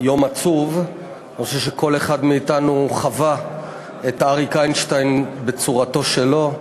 חושב שכל אחד מאתנו חווה את אריק איינשטיין בצורתו שלו.